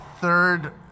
third